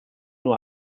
nur